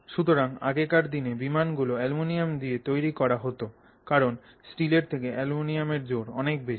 সুতরাং আগেকার দিনে বিমানগুলো অ্যালুমিনিয়াম দিয়ে তৈরি করা হোতো কারণ স্টিলের থেকে অ্যালুমিনিয়ামের জোর অনেক বেশি